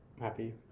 Happy